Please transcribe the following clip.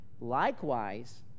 likewise